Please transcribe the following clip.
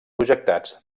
projectats